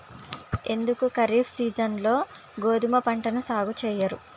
ఎందుకు ఖరీఫ్ సీజన్లో గోధుమ పంటను సాగు చెయ్యరు?